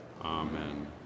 Amen